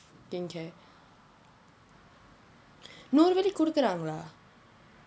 fucking care நூறு வெள்ளி கொடுக்கிறார்களா:nooru velli kodukiraangalaa